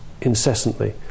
incessantly